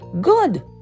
good